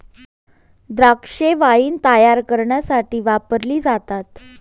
द्राक्षे वाईन तायार करण्यासाठी वापरली जातात